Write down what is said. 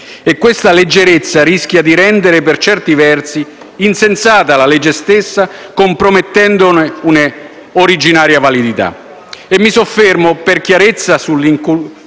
Questa leggerezza rischia di rendere, per certi versi, insensata la legge stessa, compromettendone un'originaria validità. Mi soffermo, per chiarezza, sull'incursione